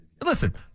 Listen